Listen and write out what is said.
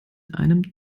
einem